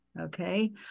okay